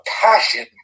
passion